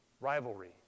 rivalry